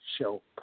Show